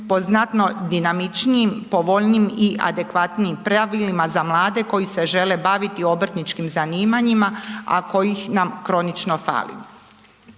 po znatno dinamičnijim, povoljnijim i adekvatnijim pravilima za mlade koji se žele baviti obrtničkim zanimanjima, a kojih nam kronično fali.